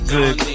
good